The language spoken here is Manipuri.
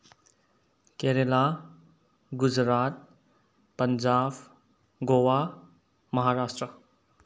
ꯀꯦꯔꯦꯂꯥ ꯒꯨꯖꯔꯥꯠ ꯄꯟꯖꯥꯕ ꯒꯣꯋꯥ ꯃꯍꯥꯔꯥꯁꯇ꯭ꯔꯥ